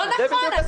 לא נכון.